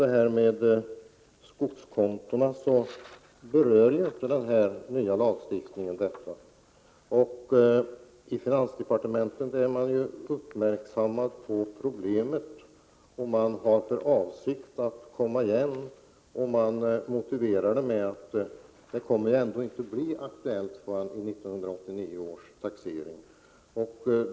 Den nya lagstiftningen berör ju inte skogskonton. I finansdepartementet är man uppmärksammad på problemet. Man har för avsikt att komma igen, och man motiverar detta med att det ändå inte kommer att bli aktuellt förrän vid 1989 års taxering.